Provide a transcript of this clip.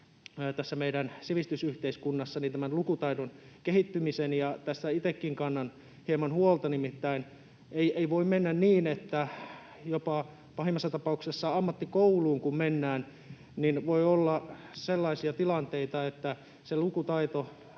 meidän sivistysyhteiskunnassamme. Tästä itsekin kannan hieman huolta. Nimittäin ei voi mennä niin, että pahimmassa tapauksessa jopa ammattikouluun kun mennään, voi olla sellaisia tilanteita, että se lukutaito